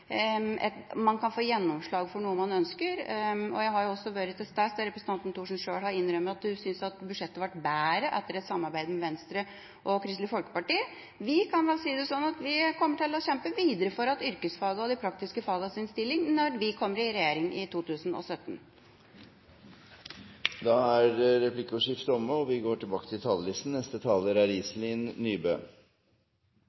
at man kan få gjennomslag for noe man ønsker. Men jeg har også vært til stede når representanten Thorsen sjøl har innrømmet at hun synes at budsjettet ble bedre etter et samarbeid med Venstre og Kristelig Folkeparti. Vi kan vel si det sånn at vi kommer til å kjempe videre for yrkesfagenes og de praktiske fagenes stilling når vi kommer i regjering i 2017. Replikkordskiftet er omme. Kunnskap og forskning er